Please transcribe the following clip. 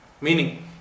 meaning